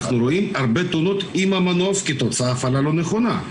אנחנו רואים הרבה תאונות עם המנוף כתוצאה מהפעלה לא נכונה.